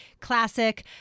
classic